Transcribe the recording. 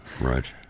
Right